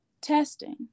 testing